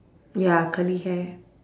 ya curly hair